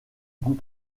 goût